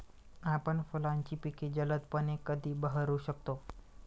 आपण फुलांची पिके जलदपणे कधी बहरू शकतो?